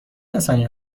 کسانی